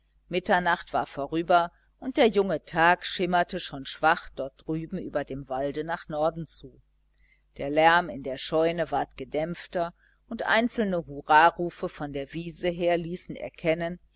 mitternacht war vorüber und der junge tag schimmerte schon schwach dort drüben über dem walde nach norden zu der lärm in der scheune ward gedämpfter und einzelne hurrarufe von der wiese her ließen erkennen